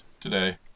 today